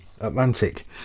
Atlantic